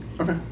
Okay